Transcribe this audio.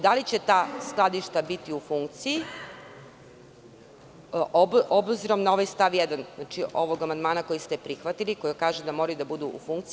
Da li će ta skladišta biti u funkciji, obzirom na stav 1. ovog amandmana koji ste prihvatili, koji kaže da moraju da budu u funkciji?